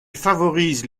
favorise